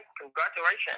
congratulations